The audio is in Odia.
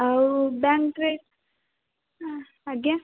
ଆଉ ବ୍ୟାଙ୍କରେ ଆଜ୍ଞା